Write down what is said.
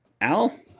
Al